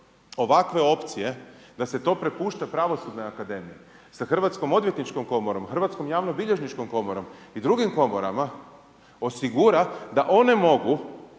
ovakve opcije da se to prepušta pravosudnoj akademiji sa Hrvatskom odvjetničkom komorom, hrvatsko javnobilježničkom komorom i drugim komorama osigura da one mogu,